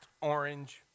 orange